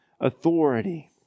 authority